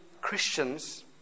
Christians